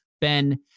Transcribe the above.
Ben